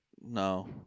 no